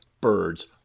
Birds